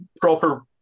proper